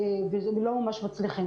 והם ממש לא מצליחים.